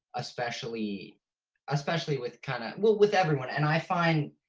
especially especially with kind of, well with everyone and i find,